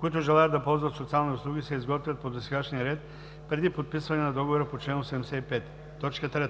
които желаят да ползват социални услуги, се изготвят по досегашния ред преди подписване на договора по чл. 85; 3.